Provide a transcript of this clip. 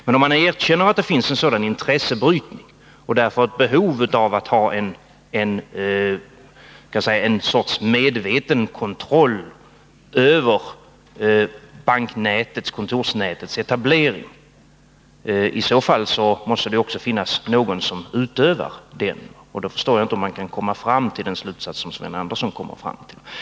Men om man erkänner att en sådan intressebrytning finns och att det finns ett behov av en sorts medveten kontroll över etableringen av bankkontor, får man också erkänna att det måste finnas någon som utövar denna kontroll, och då förstår jag inte hur man kan komma fram till den slutsats som Sven Andersson kommit fram till.